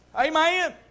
Amen